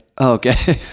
Okay